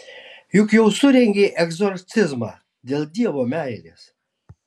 juk jau surengei egzorcizmą dėl dievo meilės